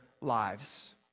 lives